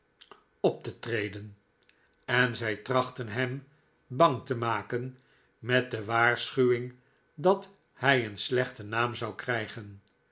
op te treden en zij trachtten hem bang te maken met de waarschuwing dat hij een slechten naam zou krijgen